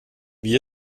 wie